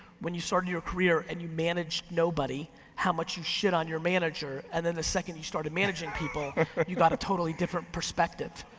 when you started your career and you managed nobody, how much you shit on your manager, and then the second you started managing people you got a totally different perspective,